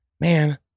man